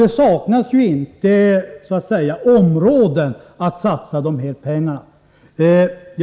Det saknas således inte områden att satsa pengarna på!